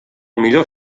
millor